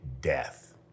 death